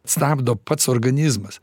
stabdo pats organizmas